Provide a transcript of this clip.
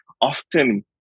often